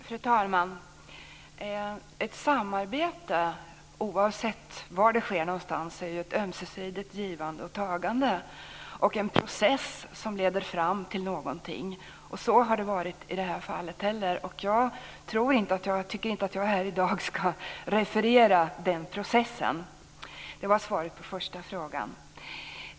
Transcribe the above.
Fru talman! Ett samarbete, oavsett var det sker, är ju ett ömsesidigt givande och tagande och en process som leder fram till någonting. Så har det varit i det här fallet också. Jag tror inte, tycker inte, att jag här i dag ska referera den processen. Det var svaret på första frågan.